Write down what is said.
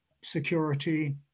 security